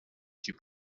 suis